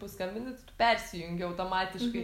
paskambini persijungia automatiškai